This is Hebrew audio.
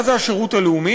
מה זה השירות הלאומי?